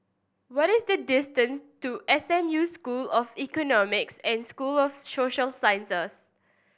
what is the distance to S M U School of Economics and School of Social Sciences